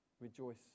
rejoice